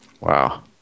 Wow